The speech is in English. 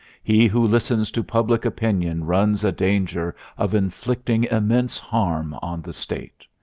he who listens to public opinion runs a danger of inflicting immense harm on. the state.